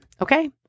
okay